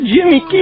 Jimmy